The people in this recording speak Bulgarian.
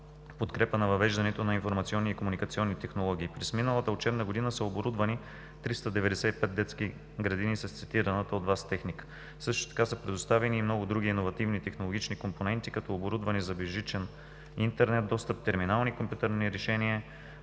подкрепа на въвеждането на информационни и комуникационни технологии. През миналата учебна година са оборудвани 395 детски градини с цитираната от Вас техника. Също така са предоставени и много други иновативни и технологични компоненти, като оборудване за безжичен интернет достъп, терминални и компютърни решения,